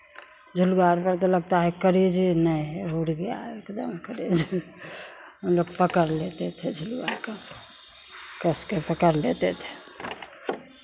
झूलुवा आर पर लगता है कलेजे नहीं है उड़ गया है एकदम कलेजा हमलोग पकड़ लेते थे झूलूआ को कस के पकड़ लेते थे